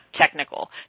technical